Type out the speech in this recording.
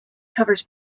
covers